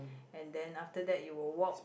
and then after that you will walk